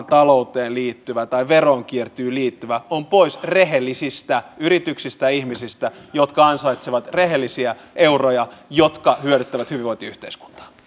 talouteen liittyvä ja veronkiertoon liittyvä on pois rehellisistä yrityksistä ja ihmisiltä jotka ansaitsevat rehellisiä euroja jotka hyödyttävät hyvinvointiyhteiskuntaa